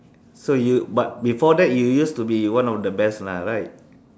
so you but before that you used to be one of the best lah right